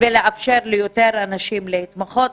ויאפשרו ליותר אנשים להתמחות.